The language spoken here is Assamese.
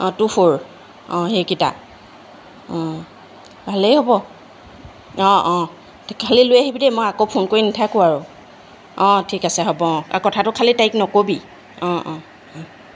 অঁ টু ফ'ৰ অঁ সেইকেইটা ভালেই হ'ব অঁ অঁ খালি লৈ আহিবি দেই মই আকৌ ফোন কৰি নাথাকোঁ আৰু অঁ ঠিক আছে হ'ব অঁ কথাটো খালি তাইক নক'বি অঁ অঁ অঁ